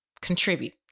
contribute